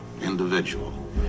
individual